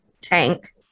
tank